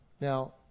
Now